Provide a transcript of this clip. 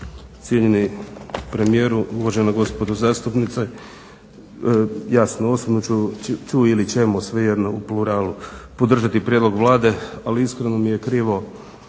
cijenjeni premijeru, uvažena gospodo zastupnici. Jasno osobno ću ili ćemo svejedno u pluralu podržati prijedlog Vlade, ali iskreno mi je krivo